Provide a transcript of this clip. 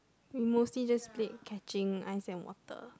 we mostly just played catching ice and water